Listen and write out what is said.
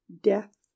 death